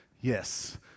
yes